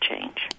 change